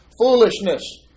foolishness